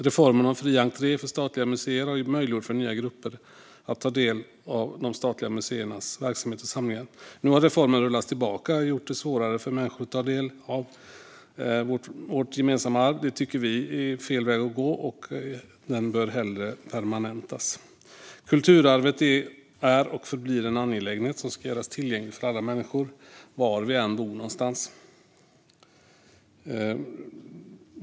Reformen om fri entré för statliga museer har möjliggjort för nya grupper att ta del av de statliga museernas verksamhet och samlingar. Nu har reformen rullats tillbaka, vilket har gjort det svårare för människor att ta del av vårt gemensamma kulturarv. Miljöpartiet tycker att detta är fel väg att gå. Reformen bör i stället permanentas. Kulturarvet är och förblir en angelägenhet som ska göras tillgänglig för alla människor, var vi än bor.